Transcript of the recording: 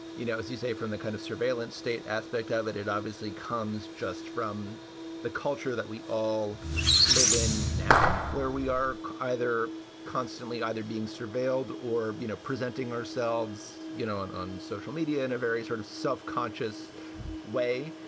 you know, as you say, from the kind of surveillance state aspect of it. it obviously comes just from the culture that we all live in now, where we are either constantly either being surveilled or, you know, presenting ourselves, you know, on on social media in a very sort of self-conscious way.